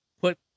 put